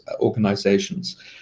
organizations